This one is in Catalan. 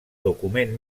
document